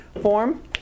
form